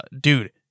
Dude